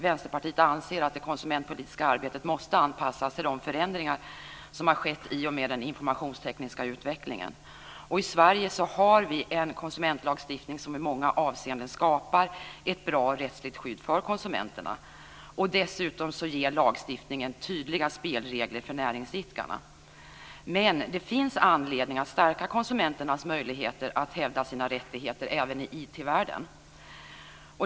Vänsterpartiet anser att det konsumentpolitiska arbetet måste anpassas till de förändringar som har skett i och med den informationstekniska utvecklingen. I Sverige har vi en konsumentlagstiftning som i många avseenden skapar ett bra rättsligt skydd för konsumenterna. Dessutom ger lagstiftningen tydliga spelregler för näringsidkarna. Men det finns anledning att stärka konsumenternas möjligheter att hävda sina rättigheter även i IT-världen.